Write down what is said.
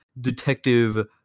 detective